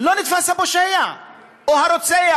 לא נתפס הפושע או הרוצח.